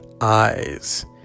eyes